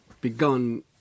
begun